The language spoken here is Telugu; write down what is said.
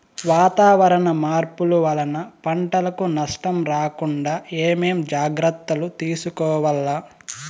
వాతావరణ మార్పులు వలన పంటలకు నష్టం రాకుండా ఏమేం జాగ్రత్తలు తీసుకోవల్ల?